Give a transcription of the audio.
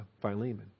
Philemon